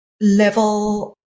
level